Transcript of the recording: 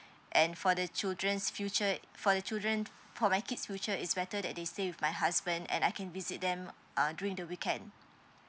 and for the children's future for the children for my kids future is better that they stay with my husband and I can visit them uh during the weekend